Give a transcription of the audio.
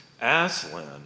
Aslan